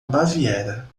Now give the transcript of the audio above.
baviera